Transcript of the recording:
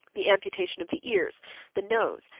the amputation of the ears the nose,